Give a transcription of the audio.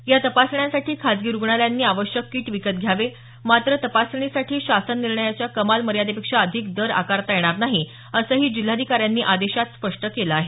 या तपासण्यांसाठी खासगी रुग्णालयांनी आवश्यक किट विकत घ्यावे मात्र तपासणीसाठी शासन निर्णयाच्या कमाल मर्यादेपेक्षा अधिक दर आकारता येणार नाही असंही जिल्हाधिकाऱ्यांनी आदेशात स्पष्ट केलं आहे